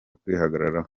kwihagararaho